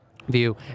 view